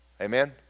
Amen